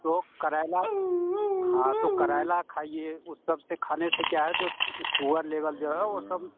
तो करैला हाँ तो करैला खाईए उस सब से खाने से क्या है जो सुगर लेवल जो है वह सब